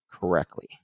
correctly